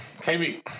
KB